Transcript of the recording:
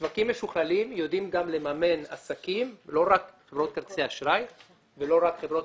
של חברי הכנסת רועי